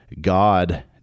God